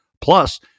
plus